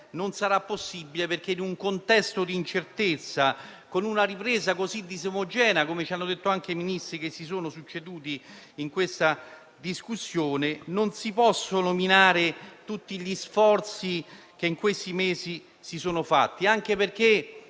non sarà possibile evidentemente, perché in un contesto di incertezza, con una ripresa così disomogenea, come ci hanno detto anche i rappresentanti del Governo che si sono succeduti in questa discussione, non si possono minare tutti gli sforzi che in questi mesi sono stati